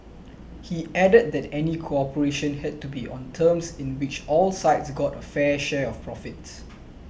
he added that any cooperation had to be on terms in which all sides got a fair share of profits